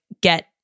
get